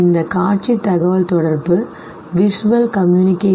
இந்த காட்சி தகவல்தொடர்புvisual communication